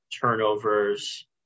turnovers